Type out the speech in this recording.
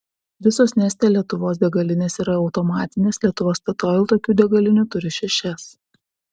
visos neste lietuvos degalinės yra automatinės lietuva statoil tokių degalinių turi šešias